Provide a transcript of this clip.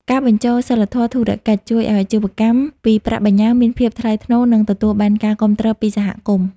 ការបញ្ចូល "សីលធម៌ធុរកិច្ច" ជួយឱ្យអាជីវកម្មពីប្រាក់បញ្ញើមានភាពថ្លៃថ្នូរ និងទទួលបានការគាំទ្រពីសហគមន៍។